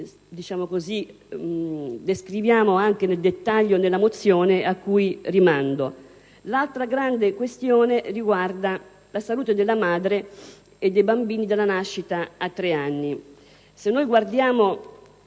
e che noi descriviamo anche nel dettaglio nella mozione e a cui rimando. L'altra grande questione riguarda la salute della madre e dei bambini dalla nascita fino all'età di tre anni.